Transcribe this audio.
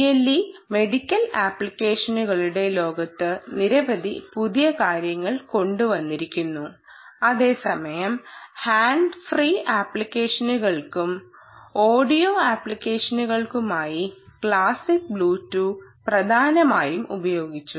BLE medical ആപ്ലിക്കേഷനുകളുടെ ലോകത്ത് നിരവധി പുതിയ കാര്യങ്ങൾ കൊണ്ടുവന്നിരിക്കുന്നു അതേസമയം ഹാൻഡ്സ് ഫ്രീ ആപ്ലിക്കേഷനുകൾക്കും ഓഡിയോ ആപ്ലിക്കേഷനുകൾക്കുമായി ക്ലാസിക് ബ്ലൂടൂത്ത് പ്രധാനമായും ഉപയോഗിച്ചു